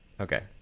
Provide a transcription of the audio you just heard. Okay